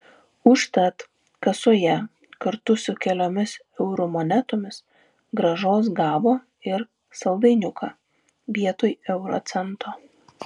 užtat kasoje kartu su keliomis eurų monetomis grąžos gavo ir saldainiuką vietoj euro cento